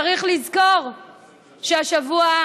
צריך לזכור שהשבוע,